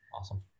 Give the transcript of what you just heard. Awesome